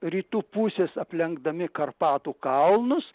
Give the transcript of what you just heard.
rytų pusės aplenkdami karpatų kalnus